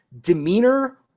demeanor